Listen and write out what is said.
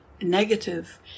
negative